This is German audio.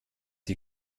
die